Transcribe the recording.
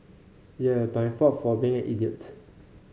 yeah my fault for being an idiot